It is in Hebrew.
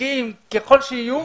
ערכיים ככל שיהיו,